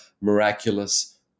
miraculous